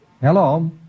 Hello